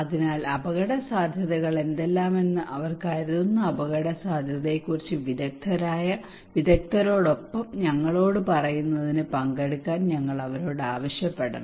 അതിനാൽ അപകടസാധ്യതകൾ എന്തെല്ലാമാണെന്ന് അവർ കരുതുന്ന അപകടസാധ്യതയെക്കുറിച്ച് വിദഗ്ധരോടൊപ്പം ഞങ്ങളോട് പറയുന്നതിന് പങ്കെടുക്കാൻ ഞങ്ങൾ അവരോട് ആവശ്യപ്പെടണം